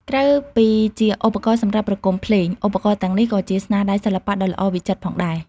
ក្រៅពីជាឧបករណ៍សម្រាប់ប្រគំភ្លេង ឧបករណ៍ទាំងនេះក៏ជាស្នាដៃសិល្បៈដ៏ល្អវិចិត្រផងដែរ។